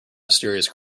mysterious